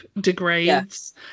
degrades